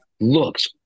looks